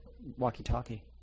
walkie-talkie